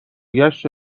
گشت